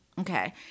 okay